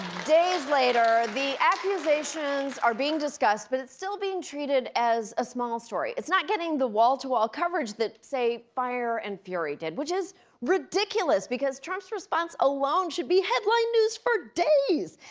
days later, the accusations are being discussed, but it's still being treated as a small story. it's not getting the wall-to-wall coverage that, say, fire and fury did. which is ridiculous because trump's response alone should be headline news for days.